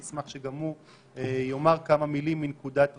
אני אשמח שגם הוא יאמר כמה מילים מנקודת ראותו.